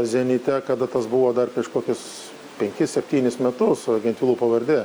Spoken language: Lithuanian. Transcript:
zenite kada tas buvo dar prieš kokius penkis septynis metus gentvilų pavardė